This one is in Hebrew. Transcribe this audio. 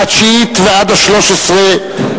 מהתשיעית ועד השלוש-עשרה,